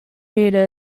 meter